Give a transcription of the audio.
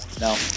No